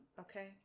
Okay